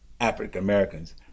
African-Americans